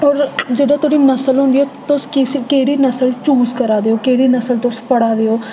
होर जेल्लै धोड़ी नसल होदी ऐ तुस केह्ड़ी नसल चूज करा दे ओ केह्ड़ी नसल तुस फड़ा दे ओ